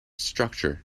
structure